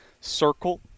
circle